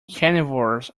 carnivores